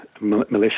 militia